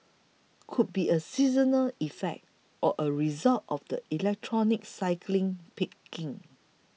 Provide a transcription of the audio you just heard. could be a seasonal effect or a result of the electronics cycling peaking